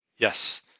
Yes